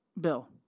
bill